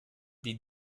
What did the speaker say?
die